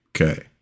Okay